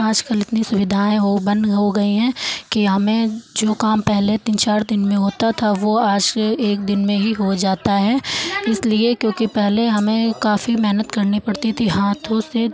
आजकल इतनी सुविधाएं हो बंद हो गई हैं के हमें जो काम पहले तीन चार दिन में होता था वो आज के एक दिन में ही हो जाता है इसलिए क्योंकि पहले हमें काफ़ी मेहनत करना पड़ती थी हाथों से